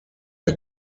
der